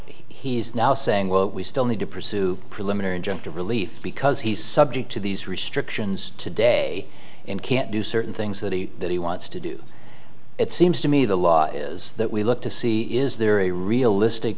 he's now saying well we still need to pursue preliminary injunctive relief because he's subject to these restrictions today and can't do certain things that he that he wants to do it seems to me the law is that we look to see is there a realistic